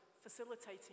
facilitating